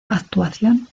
actuación